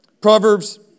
Proverbs